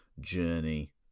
journey